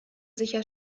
sicher